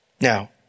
Now